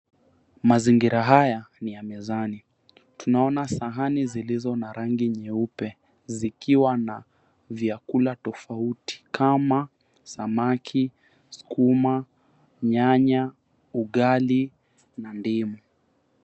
Mazingira haya ni ya mezani. Tunaona sahani zilizo na rangi nyeupe zikiwa na vyakula tofauti kama samaki, sukuma, nyanya, ugali na ndimu.